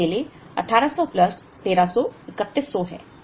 तो यह अकेले 1800 प्लस 1300 3100 है